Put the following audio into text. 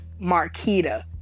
Marquita